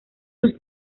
sus